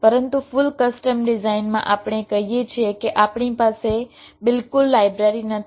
પરંતુ full custom ડિઝાઇનમાં આપણે કહીએ છીએ કે આપણી પાસે બિલકુલ લાઇબ્રેરી નથી